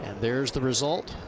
and there's the result.